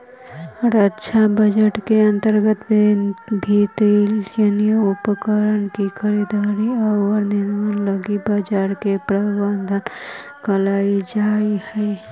रक्षा बजट के अंतर्गत विभिन्न सैन्य उपकरण के खरीद औउर निर्माण लगी बजट के प्रावधान कईल जाऽ हई